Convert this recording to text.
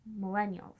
millennials